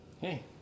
Hey